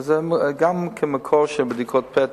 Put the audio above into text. וזה גם כמקור של בדיקות פתע,